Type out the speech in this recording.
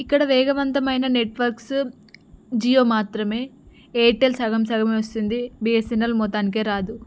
ఇక్కడ వేగవంతమైన నెట్వర్క్స్ జియో మాత్రమే ఎయిర్టెల్ సగం సగమే వస్తుంది బిఎస్ఎన్ఎల్ మోత్తానికే రాదు